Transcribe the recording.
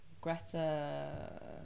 Greta